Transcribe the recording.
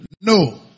No